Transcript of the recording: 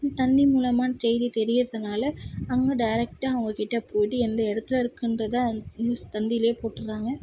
தந்தி மூலமாக செய்தியை தெரிகிறதுனால அங்கே டைரெக்டா அவங்கக்கிட்ட போய்ட்டு எந்த இடத்துல இருக்குதுன்றத அந்த நியூஸ் தந்தியிலேயே போட்டுடுறாங்க